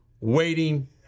waiting